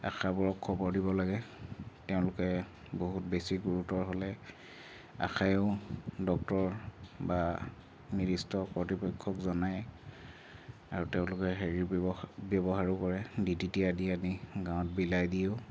আশাবোৰক খবৰ দিব লাগে তেওঁলোকে বহুত বেছি গুৰুতৰ হ'লে আশায়ো ডক্টৰ বা নিৰ্দিষ্ট কৰ্তৃপক্ষক জনায় আৰু তেওঁলোকে হেৰিৰ ব্যৱহাৰ ব্যৱহাৰো কৰে ডি ডি টি আদি আনি গাঁৱত বিলাই দিয়েও